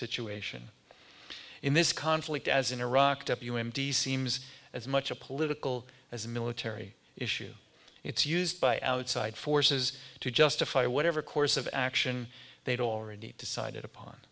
situation in this conflict as in iraq to the seems as much a political as a military issue it's used by outside forces to justify whatever course of action they'd already decided upon